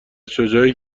شجاعی